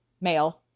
male